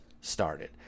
started